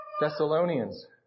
Thessalonians